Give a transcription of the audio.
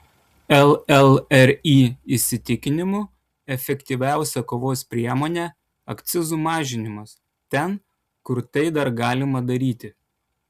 llri įsitikinimu efektyviausia kovos priemonė akcizų mažinimas ten kur tai dar galima daryti